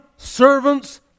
servants